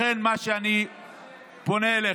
לכן, אני פונה אליכם,